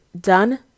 done